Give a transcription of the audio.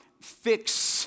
fix